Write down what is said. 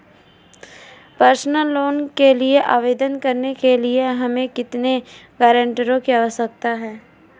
Personal loan के लिए आवेदन करने के लिए हमें कितने गारंटरों की आवश्यकता है?